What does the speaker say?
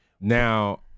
Now